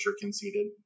conceded